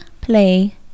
play